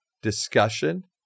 discussion